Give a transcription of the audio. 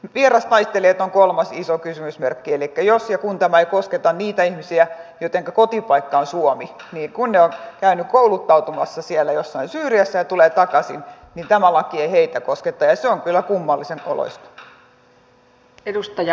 vierastaistelijat on kolmas iso kysymysmerkki elikkä jos ja kun tämä ei kosketa niitä ihmisiä joittenka kotipaikka on suomi niin kun he ovat käyneet kouluttautumassa siellä jossain syyriassa ja tulevat takaisin niin tämä laki ei heitä kosketa ja se on kyllä kummallisen oloista